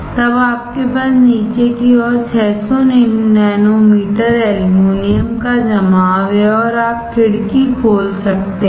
तब आपके पास नीचे की ओर 600 नैनोमीटर एल्यूमीनियम का जमाव है और आप खिड़की खोल सकते हैं